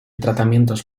tratamientos